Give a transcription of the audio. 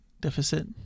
deficit